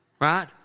Right